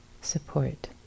support